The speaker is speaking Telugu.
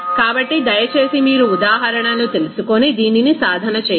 కాబట్టి దయచేసి మీరు ఉదాహరణలు తెలుసుకొని దీనిని సాధన చేయండి